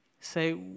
Say